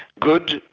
good,